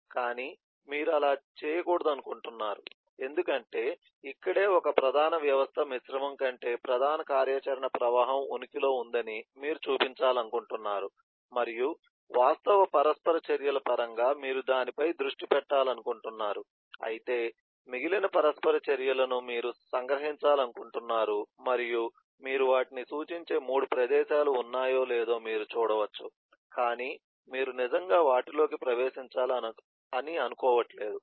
కానీ మీరు అలా చేయకూడదనుకుంటున్నారు ఎందుకంటే ఇక్కడే ఒక ప్రధాన వ్యవస్థ మిశ్రమం కంటే ప్రధాన కార్యాచరణ ప్రవాహం ఉనికిలో ఉందని మీరు చూపించాలనుకుంటున్నారు మరియు వాస్తవ పరస్పర చర్యల పరంగా మీరు దానిపై దృష్టి పెట్టాలనుకుంటున్నారు అయితే మిగిలిన పరస్పర చర్యల ను మీరు సంగ్రహించాలనుకుంటున్నారు మరియు మీరు వాటిని సూచించే 3 ప్రదేశాలు ఉన్నాయో లేదో మీరు చూడవచ్చు కాని మీరు నిజంగా వాటిలో కి ప్రవేశించాలని అనుకోవట్లేదు